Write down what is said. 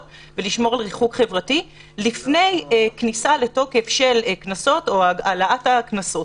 ולשמור על ריחוק חברתי לפני כניסה לתוקף של קנסות או העלאת הקנסות.